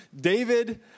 David